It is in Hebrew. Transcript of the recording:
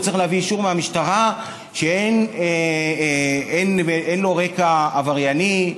הוא צריך להביא אישור מהמשטרה שאין לו רקע עברייני,